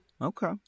Okay